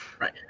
Right